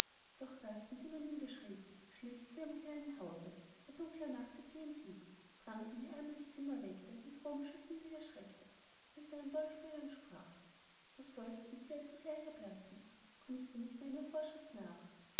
durch gassen die man ihm beschrieb schlich er zu ihrem kleinen hause bei dunkler nachtzeit wie ein dieb drang in ihr ärmlich zimmer weckte mit rohem schütteln die erschreckte hielt einen dolch ihr vor und sprach du sollst entseelt sogleich erblassen kommst du nicht meiner vorschrift nach